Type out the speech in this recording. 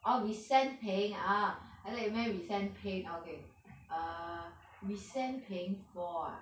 orh resent paying ah I thought you meant resent pain okay err resent paying for ah